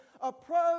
Approach